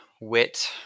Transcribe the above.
wit